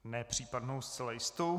Ne případnou, zcela jistou.